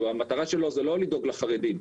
שהמטרה שלו זה לא לדאוג לחרדים.